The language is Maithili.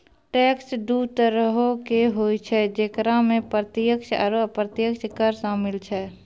टैक्स दु तरहो के होय छै जेकरा मे प्रत्यक्ष आरू अप्रत्यक्ष कर शामिल छै